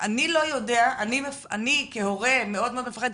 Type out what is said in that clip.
אני כהורה מאוד מפחד,